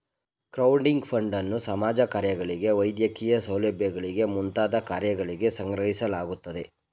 crowding ಫಂಡನ್ನು ಸಮಾಜ ಕಾರ್ಯಗಳಿಗೆ ವೈದ್ಯಕೀಯ ಸೌಲಭ್ಯಗಳಿಗೆ ಮುಂತಾದ ಕಾರ್ಯಗಳಿಗೆ ಸಂಗ್ರಹಿಸಲಾಗುತ್ತದೆ